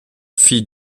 fille